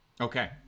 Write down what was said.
okay